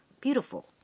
beautiful